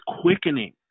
quickening